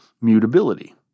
mutability